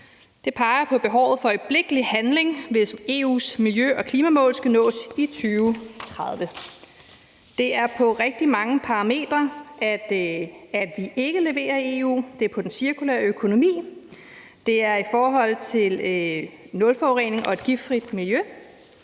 Det peger på behovet for øjeblikkelig handling, hvis EU's miljø- og klimamål skal nås i 2030. Det er på rigtig mange parametre, at vi ikke leverer i EU. Det er på den cirkulære økonomi, det er i forhold til nulforurening og et giftfrit miljø,